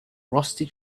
rusty